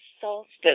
solstice